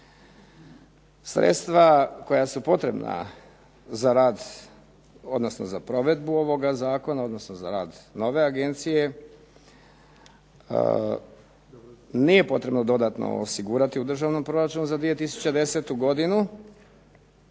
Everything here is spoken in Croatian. Sredstva koja su potrebna za rad, odnosno za provedbu ovoga zakona, odnosno za rad nove agencije nije potrebno dodatno osigurati u državnom proračunu za 2010. godinu.